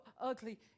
ugly